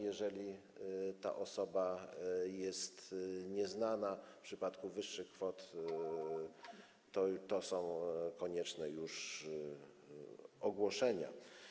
Jeżeli ta osoba jest nieznana w przypadku wyższych kwot, to są już konieczne ogłoszenia.